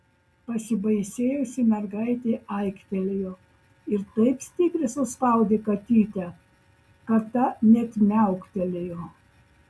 pasibaisėjusi mergaitė aiktelėjo ir taip stipriai suspaudė katytę kad ta net miauktelėjo